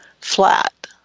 flat